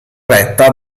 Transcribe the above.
retta